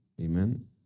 Amen